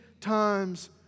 times